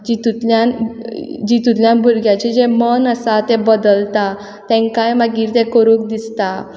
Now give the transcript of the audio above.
तितूंतल्यान जितूंतल्यान भुरग्यांचें जें मन आसा तें बदलता तेंकांय मागीर तें करूंक दिसता